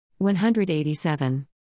187